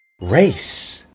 Race